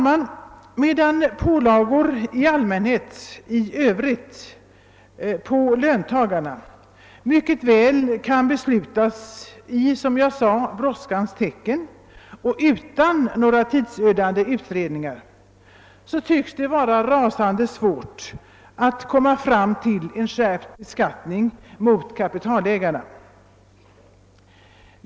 Medan pålagor på allmänheten i Öövrigt, dvs. på löntagarna, mycket väl kan beslutas i brådskans tecken, såsom jag tidigare sade, och utan några tidsödande utredningar tycks det vara rasande svårt att komma fram till en skärpt beskattning av kapitalägarna.